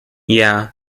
yeah